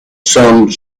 some